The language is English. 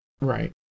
Right